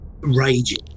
raging